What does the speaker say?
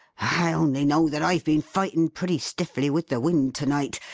i only know that i've been fighting pretty stiffly with the wind to-night.